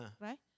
right